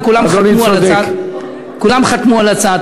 וכולם חתמו על הצעת,